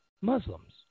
Muslims